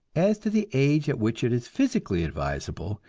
as to the age at which it is physically advisable,